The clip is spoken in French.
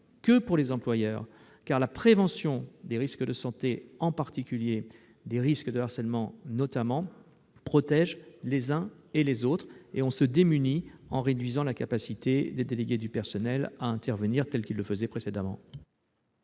que pour les employeurs, car la prévention des risques de santé, en particulier des risques de harcèlement, protège les uns et les autres. On se démunit en réduisant la capacité des délégués du personnel à intervenir comme ils l'ont fait